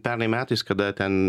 pernai metais kada ten